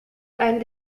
and